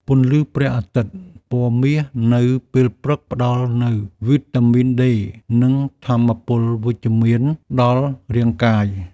ពន្លឺព្រះអាទិត្យពណ៌មាសនៅពេលព្រឹក ផ្តល់នូវវីតាមីនដេ និងថាមពលវិជ្ជមានដល់រាងកាយ។